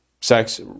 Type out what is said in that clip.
sex